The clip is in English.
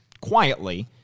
quietly